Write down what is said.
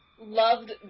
loved